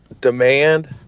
Demand